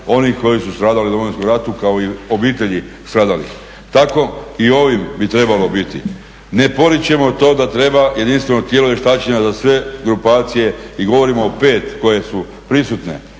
onih koji su stradali u Domovinskom rata kao i obitelji stradalih. Tako i ovim bi trebalo biti. Ne poričemo to da treba jedinstveno tijelo vještačenja za sve grupacije i govorimo o pet koje su prisutne.